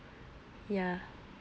ya